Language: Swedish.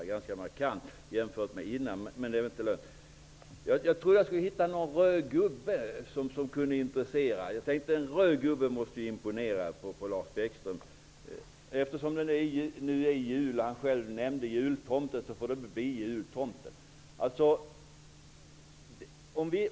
Det är väl inte lönt att göra den liknelsen nu. Jag trodde att jag skulle hitta någon röd gubbe som kunde intressera. Jag tänkte att en röd gubbe måste imponera på Lars Bäckström. Eftersom det nu är jul och han själv nämnde jultomten får det väl bli jultomten.